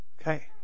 Okay